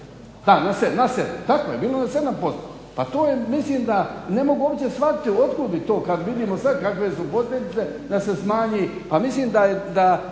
ja sjećam, tako je bilo je na 7%. Pa to je mislim da ne mogu uopće shvatiti od kuda bi to kada vidimo sada kakve su posljedice da se smanji, pa mislim da